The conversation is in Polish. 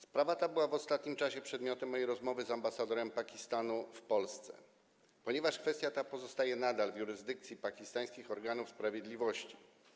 Sprawa ta była w ostatnim czasie przedmiotem mojej rozmowy z ambasadorem Pakistanu w Polsce, ponieważ kwestia ta pozostaje nadal w jurysdykcji pakistańskich organów sprawiedliwości.